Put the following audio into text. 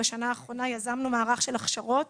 בשנה האחרונה יזמנו מערך של הכשרות